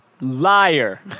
liar